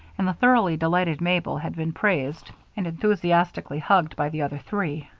and the thoroughly delighted mabel had been praised and enthusiastically hugged by the other three,